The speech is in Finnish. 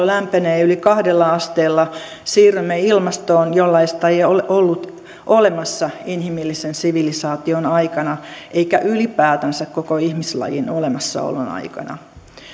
lämpenee yli kahdella asteella siirrymme ilmastoon jollaista ei ole ollut olemassa inhimillisen sivilisaation aikana eikä ylipäätänsä koko ihmislajin olemassaolon aikana